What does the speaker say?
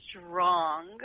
strong